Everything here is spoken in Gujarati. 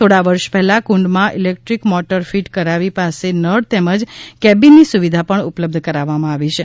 થોડાવર્ષ પહેલા કુંડમાં ઇલેક્ટ્રિક મોટર ફિટ કરાવી પાસે નળ તેમજ કેબીન ની સુવિધા ઉપલબ્ધ કરવામાં આવી છે